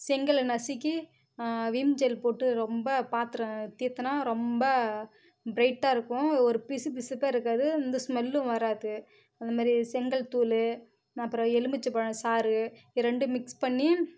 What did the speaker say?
செங்கல்லை நசுக்கி Vim gel போட்டு ரொம்ப பாத்திரம் தேய்தினா ரொம்ப பிரைட்டாக இருக்கும் ஒரு பிசுபிசுப்பே இருக்காது எந்த ஸ்மெல்லும் வராது அதுமாரி செங்கல் தூள் அப்புறம் எலுமிச்சப்பழம் சாறு இது ரெண்டும் மிக்ஸ் பண்ணி